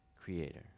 Creator